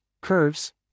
curves